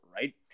right